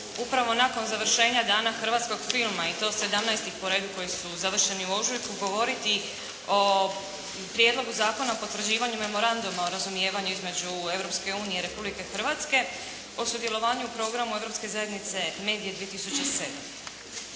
upravo nakon završenja dana hrvatskog filma i to 17. po redu koji su završeni u ožujku, govoriti o Prijedlogu zakona o potvrđivanju Memoranduma o razumijevanju između Europske unije i Republike Hrvatske, o sudjelovanju u programu Europske zajednice MEDIA 2007.